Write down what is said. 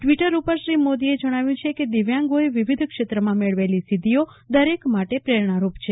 Twitter ઉપર શ્રી મોદીએ જણાવ્યું છે કે દિવ્યાંગોએ વિવિધ ક્ષેત્રમાં મેળવેલી સિદ્ધિઓ દરેક માટે પ્રેરણા રૂપ છે